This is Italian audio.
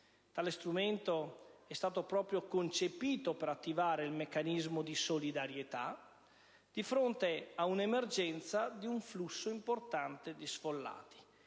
tale strumento è stato proprio concepito per attivare il meccanismo di solidarietà di fronte all'emergenza di un flusso importante di sfollati.